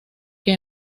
que